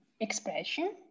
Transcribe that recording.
expression